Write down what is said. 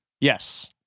yes